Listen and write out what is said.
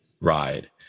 ride